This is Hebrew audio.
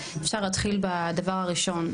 אפשר להתחיל בדבר הראשון,